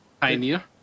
Pioneer